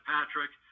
Patrick